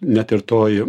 net ir toj